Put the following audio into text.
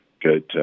good